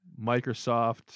Microsoft